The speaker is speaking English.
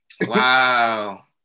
Wow